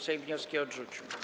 Sejm wnioski odrzucił.